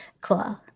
Cool